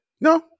No